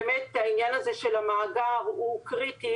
באמת העניין הזה של המאגר הוא קריטי,